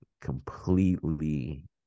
completely